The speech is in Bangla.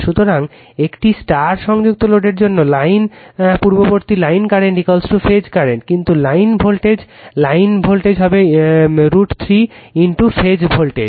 সুতরাং একটি স্টার সংযুক্ত লোডের জন্য লাইন পূর্ববর্তী লাইন কারেন্ট ফেজ কারেন্ট কিন্তু লাইন ভোল্টেজ লাইন ভোল্টেজ হবে √ 3 গুণ ফেজ ভোল্টেজ